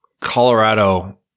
Colorado